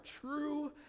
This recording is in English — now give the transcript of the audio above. true